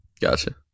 Gotcha